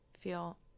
feel